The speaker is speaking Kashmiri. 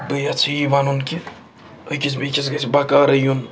بہٕ یَژھٕ یی وَنُن کہِ أکِس بیٚیہِ کِس گژھِ بَکارٕ یُن